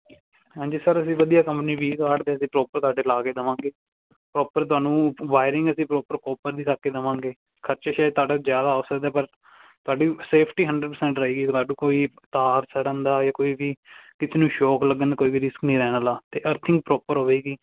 ਹਾਂਜੀ ਸਰ ਅਸੀਂ ਵਧੀਆ ਕੰਮ ਨਹੀਂ ਪ੍ਰੋਪਰ ਤੁਹਾਡੇ ਲਾ ਕੇ ਦੇਵਾਂਗੇ ਪ੍ਰੋਪਰ ਤੁਹਾਨੂੰ ਵਾਇਰਿੰਗ ਅਸੀਂ ਪ੍ਰੋਪਰ ਕਰਕੇ ਦੇਵਾਂਗੇ ਖਰਚੇ ਸ਼ਾਇਦ ਤੁਹਾਡਾ ਜ਼ਿਆਦਾ ਹੋ ਸਕਦਾ ਪਰ ਤੁਹਾਡੀ ਸੇਫਟੀ ਹੰਡਰਡ ਪ੍ਰਸੈਂਟ ਰਹੇਗੀ ਤੁਹਾਨੂੰ ਕੋਈ ਤਾਰ ਸੜਨ ਦਾ ਯਾ ਕੋਈ ਵੀ ਕਿਸੇ ਨੂੰ ਸ਼ੋਕ ਲੱਗਣ ਕੋਈ ਵੀ ਰਿਸਕ ਨਹੀਂ ਰਹਿਣ ਵਾਲਾ ਅਤੇ ਆਰਥਿੰਗ ਪ੍ਰੋਪਰ ਹੋਵੇਗੀ